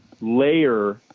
layer